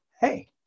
hey